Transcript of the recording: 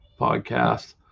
podcast